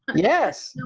yes